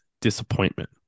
disappointment